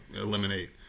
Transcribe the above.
eliminate